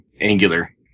Angular